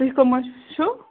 تُہۍ کٕم حظ چھِو